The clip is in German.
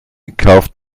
kauft